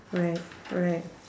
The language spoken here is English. right right